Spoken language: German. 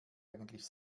eigentlich